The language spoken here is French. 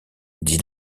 dit